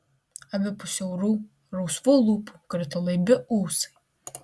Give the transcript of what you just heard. abipus siaurų rausvų lūpų krito laibi ūsai